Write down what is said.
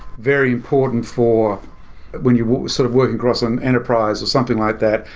very important for when you're sort of working across an enterprise or something like that,